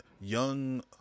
young